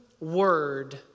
word